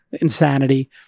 insanity